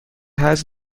has